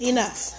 Enough